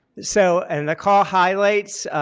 so and the call highlights,